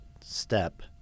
step